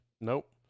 Nope